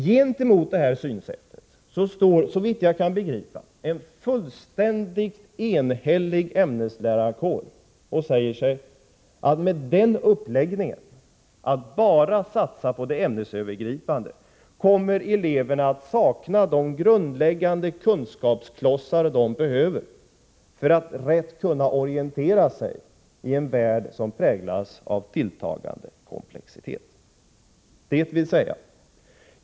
Gentemot detta synsätt står, såvitt jag kan begripa, en enhällig ämneslärarkår, som säger att med denna uppläggning, att bara satsa på det ämnesövergripande, kommer eleverna att sakna de grundläggande kunskapsklotsar de behöver för att rätt kunna orientera sig i en värld som präglas av tilltagande komplexitet.